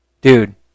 dude